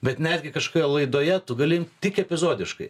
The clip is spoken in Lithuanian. bet netgi kažkokioje laidoje tu gali tik epizodiškai